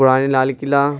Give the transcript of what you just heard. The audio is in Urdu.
پرانی لال قلعہ